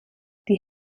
die